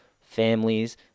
families